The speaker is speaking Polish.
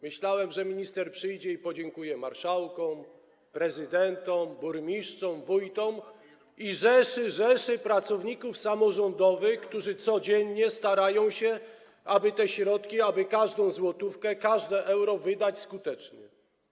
Myślałem, że minister przyjdzie i podziękuje marszałkom, prezydentom, burmistrzom, wójtom i rzeszy pracowników samorządowych, którzy codziennie starają się, aby te środki, każdą złotówkę, każde euro wydać skutecznie.